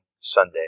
Sunday